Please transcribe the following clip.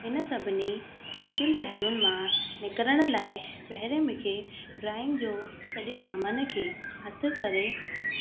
हिन सभिनी मुश्किलु पहिलुनि मां निकिरण लाइ पहिरियों मूंखे ड्रॉईंग जो सॼे सामान खे हथ करे